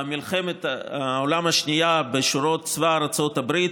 מישהו שלחם במלחמת העולם השנייה בשורות צבא ארצות הברית,